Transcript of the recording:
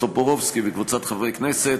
של חבר הכנסת בועז טופורובסקי וקבוצת חברי הכנסת,